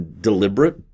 deliberate